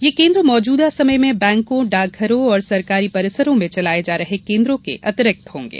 यह केन्द्र मौजूदा समय में बैंकों डाकघरों और सरकारी परिसरों में चलाये जा रहे केन्द्रों के अतिरिक्त होंगे